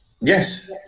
Yes